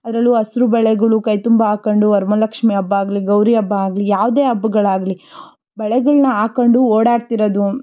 ಅದರಲ್ಲೂ ಹಸ್ರು ಬಳೆಗಳು ಕೈತುಂಬ ಹಾಕಂಡು ವರಮಹಾಲಕ್ಷ್ಮಿ ಹಬ್ಬ ಆಗಲಿ ಗೌರಿ ಹಬ್ಬ ಆಗಲಿ ಯಾವುದೇ ಹಬ್ಬಗಳಾಗ್ಲಿ ಬಳೆಗಳನ್ನ ಹಾಕಂಡು ಓಡಾಡ್ತಿರೋದು